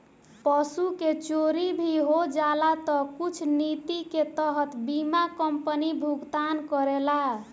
पशु के चोरी भी हो जाला तऽ कुछ निति के तहत बीमा कंपनी भुगतान करेला